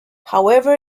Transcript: however